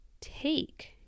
take